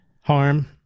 harm